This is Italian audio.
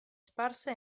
sparse